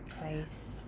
place